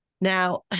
now